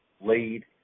lead